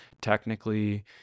technically